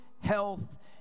health